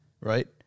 right